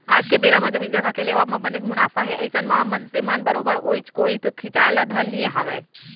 आज के बेरा म जमीन जघा के लेवब म बनेच मुनाफा हे अइसन म मनसे मन बरोबर ओइ कोइत खिंचाय ल धर लिये हावय